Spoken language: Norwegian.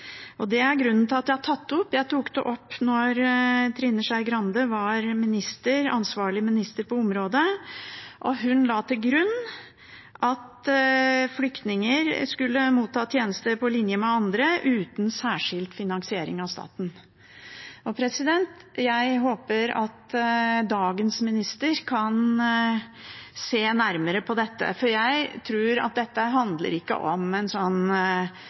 og det er grunnen til at jeg har tatt det opp. Jeg tok det opp da Trine Skei Grande var ansvarlig minister på området, og hun la til grunn at flyktninger skulle motta tjenester på linje med andre, uten særskilt finansiering fra staten. Jeg håper at dagens minister kan se nærmere på dette, for jeg tror ikke dette handler om en